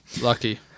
lucky